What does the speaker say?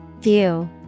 View